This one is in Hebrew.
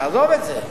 תעזוב את זה.